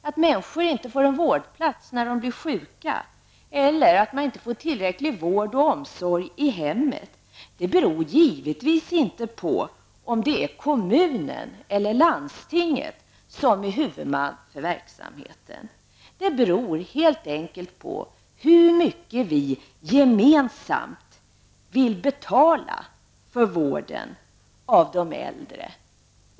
Att människor inte får en vårdplats när de blir sjuka eller att de inte får tillräckligt med vård och omsorg i hemmet beror givetvis inte på om det är kommunen eller landstinget som är huvudman för verksamheten, utan det beror helt enkelt på hur mycket vi gemensamt vill betala för vården av de äldre.